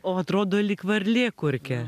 o atrodo lyg varlė kurkia